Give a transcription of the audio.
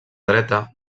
dreta